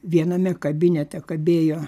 viename kabinete kabėjo